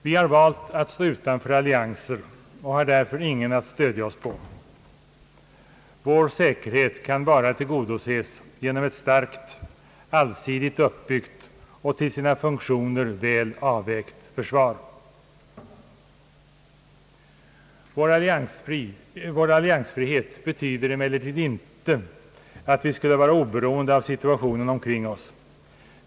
Vi har valt att stå utanför allianser och har därför ingen att stödja oss på. Vår säkerhet kan bara tillgodoses genom ett starkt, allsidigt uppbyggt och till sina funktioner väl avvägt försvar. Vår alliansfrihet betyder emellertid inte, att vi skulle vara oberoende av situationen omkring oss.